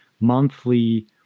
monthly